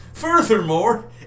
Furthermore